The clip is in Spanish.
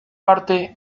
parte